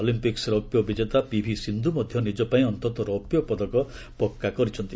ଅଲିମ୍ପିକୁ ରୌପ୍ୟ ବିଜେତା ପିଭି ସିନ୍ଧ ମଧ୍ୟ ନିଜ ପାଇଁ ଅନ୍ତତଃ ରୌପ୍ୟ ପଦକ ପକ୍ଟା କରିଛନ୍ତି